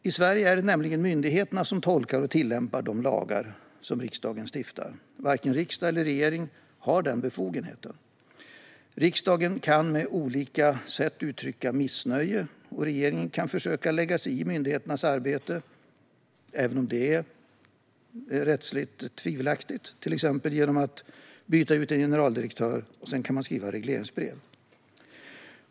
I Sverige är det nämligen myndigheterna som tolkar och tillämpar de lagar riksdagen stiftar. Varken riksdag eller regering har den befogenheten. Riksdagen kan på olika sätt uttrycka sitt missnöje, och regeringen kan försöka lägga sig i myndigheternas arbete - även om det är rättsligt tvivelaktigt - genom att exempelvis byta ut en generaldirektör och skriva regleringsbrev.